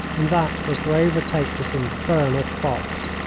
and that was to overtake this infernal fox.